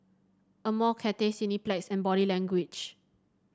Amore Cathay Cineplex and Body Language